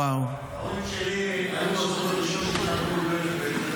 ההורים שלי היו הזוג הראשון שהתחתן בברגן-בלזן